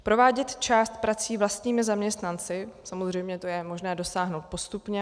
Provádět část prací vlastními zaměstnanci, samozřejmě to je možné dosáhnout až postupně.